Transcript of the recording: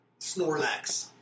Snorlax